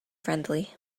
friendly